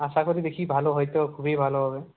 আশা করি দেখি ভালো হয় তো খুবই ভালো হবে